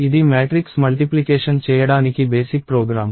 ఇది matrix multiplication చేయడానికి basic programme